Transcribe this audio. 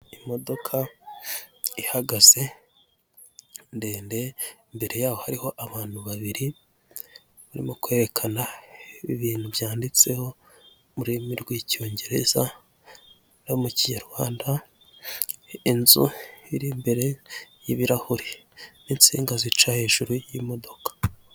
Imodoka ihagaze ndende imbere yaho hariho abantu babiri barimo kwerekana ibintu byanditseho mu rurimi rw'icyongereza no mu kinyarwanda, inzu iri imbere y'ibirahure n'insinga zica hejuru y'imodoka.